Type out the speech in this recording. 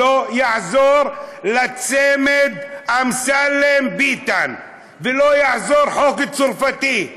לא יעזור לצמד אמסלם-ביטן ולא יעזור חוק צרפתי,